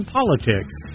politics